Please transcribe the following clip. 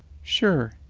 sure,